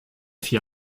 vier